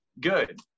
good